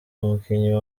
umukinnyi